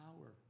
power